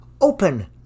Open